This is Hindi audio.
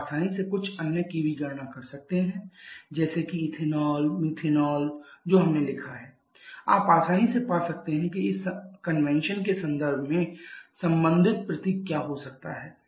आप आसानी से कुछ अन्य की गणना भी कर सकते हैं जैसे कि इथेनॉल मीथेन जो हमने लिखा है आप आसानी से पा सकते हैं कि इस सम्मेलन के संदर्भ में संबंधित प्रतीक क्या हो सकता है